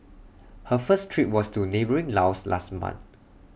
her first trip was to neighbouring Laos last month